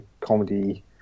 comedy